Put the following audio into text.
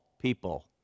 people